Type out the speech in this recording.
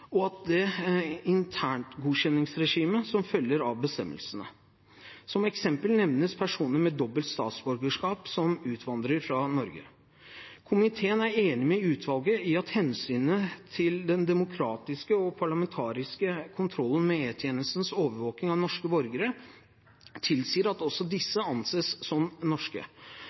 som følger av bestemmelsene. Som eksempel nevnes personer med dobbelt statsborgerskap som utvandrer fra Norge. Komiteen er enig med utvalget i at hensynet til den demokratiske og parlamentariske kontrollen med E-tjenestens overvåking av norske borgere tilsier at også disse anses som norske,